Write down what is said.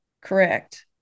Correct